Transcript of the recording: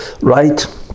right